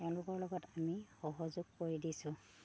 তেওঁলোকৰ লগত আমি সহযোগ কৰি দিছোঁ